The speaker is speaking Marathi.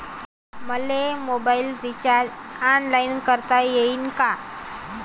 मले मोबाईल रिचार्ज ऑनलाईन करता येईन का?